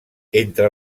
entre